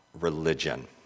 religion